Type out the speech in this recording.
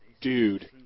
Dude